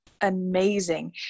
amazing